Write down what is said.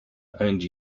and